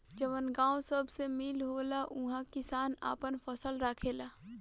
जवन गावं सभ मे मील होला उहा किसान आपन फसल राखेला